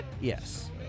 yes